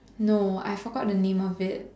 no I forgot the name of it